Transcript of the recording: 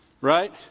Right